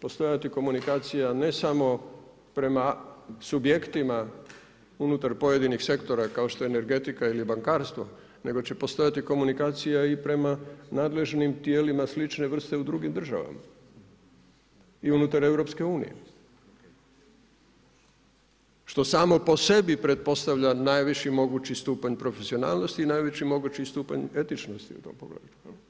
postojati komunikacija ne samo prema subjektima unutar pojedinih sektora kao što je energetika ili bankarstvo, nego će postojati komunikacija i prema nadležnim tijelima slične vrste u drugim državama i unutar EU što samo po sebi pretpostavlja najviši mogući stupanj profesionalnosti i najveći mogući stupanj etičnosti u tom pogledu.